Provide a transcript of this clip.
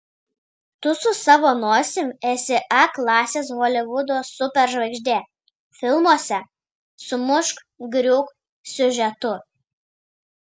tu su savo nosim esi a klasės holivudo superžvaigždė filmuose su mušk griūk siužetu